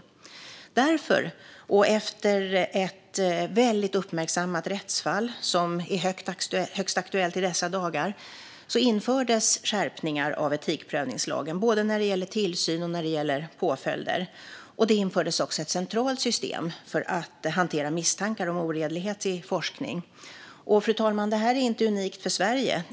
Därför, och efter ett väldigt uppmärksammat rättsfall som är högst aktuellt i dessa dagar, infördes skärpningar av etikprövningslagen när det gäller både tillsyn och påföljder. Det infördes också ett centralt system för att hantera misstankar om oredlighet i forskning. Fru talman! Det här är inte unikt för Sverige.